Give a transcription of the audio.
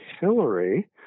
Hillary